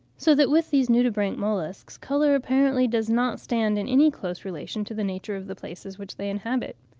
so that with these nudibranch molluscs, colour apparently does not stand in any close relation to the nature of the places which they inhabit.